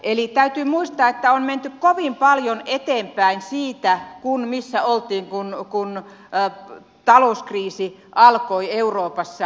eli täytyy muistaa että on menty kovin paljon eteenpäin siitä missä oltiin kun talouskriisi alkoi euroopassa